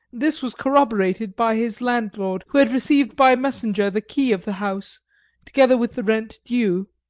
this was corroborated by his landlord, who had received by messenger the key of the house together with the rent due,